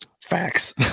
facts